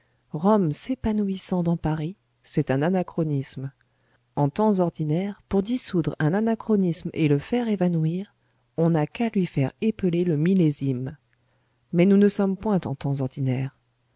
rome s'épanouissant dans paris c'est un anachronisme en temps ordinaire pour dissoudre un anachronisme et le faire évanouir on n'a qu'à lui faire épeler le millésime mais nous ne sommes point en temps ordinaire